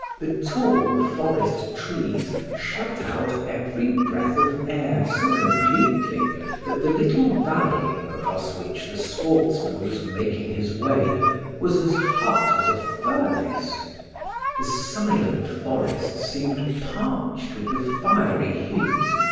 the tall forest trees shut out every breath of air so completely that the little valley across which the sportsman was making his way was as hot as a furnace the silent forest seemed parched with the fiery heat.